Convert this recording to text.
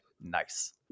Nice